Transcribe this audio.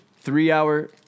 three-hour